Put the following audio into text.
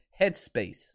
headspace